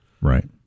Right